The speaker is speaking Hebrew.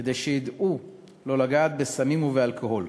כדי שידעו לא לגעת בסמים ובאלכוהול.